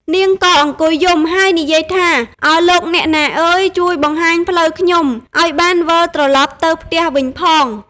នាងក៏អង្គុយយំ ហើយនិយាយថា ឱលោកអ្នកណាអើយ ជួយបង្ហាញផ្លូវខ្ញុំ ឱ្យបានវិលត្រឡប់ទៅផ្ទះវិញផង ។